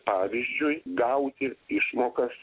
pavyzdžiui gauti išmokas